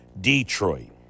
Detroit